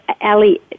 Ali